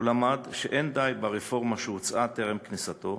הוא למד שאין די ברפורמה שהוצעה טרם כניסתו,